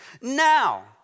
now